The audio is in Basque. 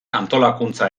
antolakuntza